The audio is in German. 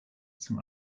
zum